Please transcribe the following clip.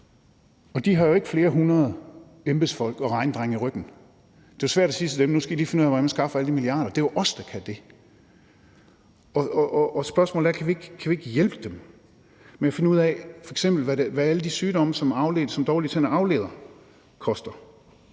De har jo ikke flere hundrede embedsfolk og regnedrenge i ryggen. Det er jo svært at sige til dem, at nu skal de lige finde ud af, hvordan de skaffer alle de milliarder – det er jo os, der kan det. Og spørgsmålet er, om ikke vi kan hjælpe dem med at finde ud af, hvad f.eks. alle de sygdomme, som er afledt af dårlige tænder, koster